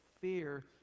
fear